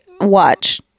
watch